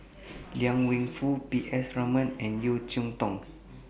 Liang Wenfu P S Raman and Yeo Cheow Tong